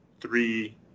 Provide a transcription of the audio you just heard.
three